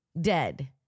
dead